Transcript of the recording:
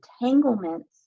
entanglements